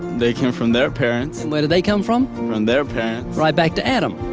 they come from their parents? and where did they come from? from their parents. right back to adam.